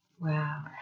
Wow